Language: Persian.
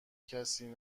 کسی